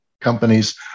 companies